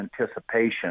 anticipation